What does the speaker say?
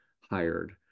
hired